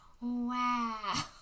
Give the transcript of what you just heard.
Wow